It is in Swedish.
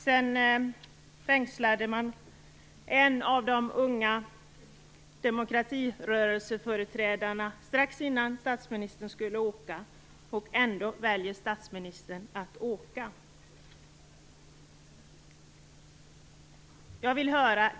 Sedan fängslades en av de unga demokratirörelseföreträdarna. Det var strax innan statsministern skulle åka. Ändå väljer statsministern att åka.